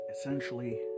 essentially